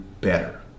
better